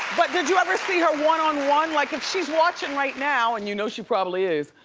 but did you ever see her one on one? like if she's watching right now, and you know she probably is,